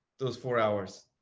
those four hours.